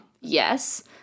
Yes